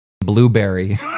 blueberry